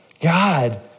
God